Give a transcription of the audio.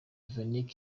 vujicic